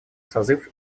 созыв